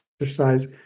exercise